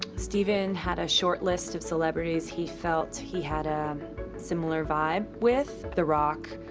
stephen had a short list of celebrities he felt he had a similar vibe with. the rock.